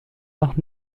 noch